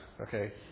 okay